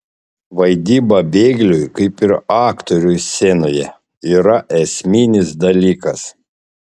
vaidyba bėgliui kaip ir aktoriui scenoje yra esminis dalykas